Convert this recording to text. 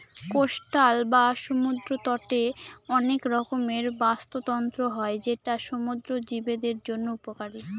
coastal বা সমুদ্র তটে অনেক রকমের বাস্তুতন্ত্র হয় যেটা সমুদ্র জীবদের জন্য উপকারী